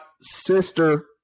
sister